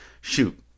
shoot